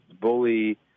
Bully